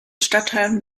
stadtteilen